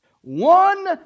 One